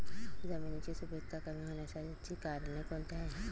जमिनीची सुपिकता कमी होण्याची कारणे कोणती?